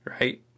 right